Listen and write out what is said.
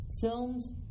films